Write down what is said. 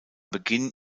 beginn